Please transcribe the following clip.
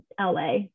LA